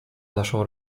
naszą